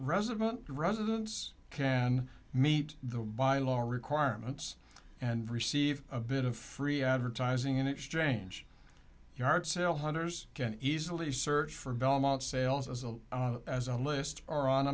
resident residence can meet the bylaw requirements and receive a bit of free advertising in exchange yard sale hunters can easily search for belmont sales as a as a list or on